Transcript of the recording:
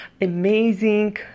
amazing